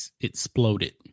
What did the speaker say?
exploded